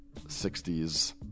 60s